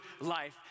life